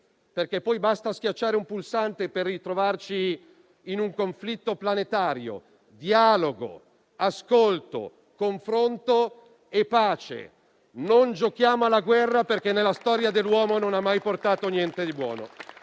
perché poi basta schiacciare un pulsante per ritrovarci in un conflitto planetario. Dialogo, ascolto, confronto e pace; non giochiamo alla guerra, perché nella storia dell'uomo non ha mai portato niente di buono.